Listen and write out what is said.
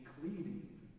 cleaning